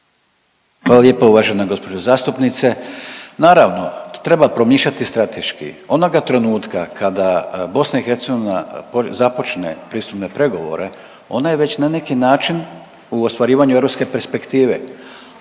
Hvala lijepo uvažena gđo. Zastupnice. Naravno, treba promišljati strateški. Onoga trenutka kada BiH započne pristupne pregovore ona je već na neki način u ostvarivanju europske perspektive,